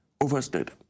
overstated